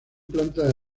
plantas